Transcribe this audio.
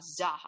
Zaha